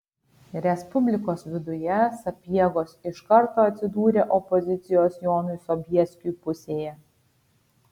respublikos viduje sapiegos iš karto atsidūrė opozicijos jonui sobieskiui pusėje